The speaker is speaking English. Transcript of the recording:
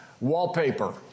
wallpaper